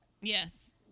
Yes